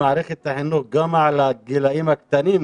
מערכת החינוך גם של הגילאים הקטנים,